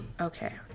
Okay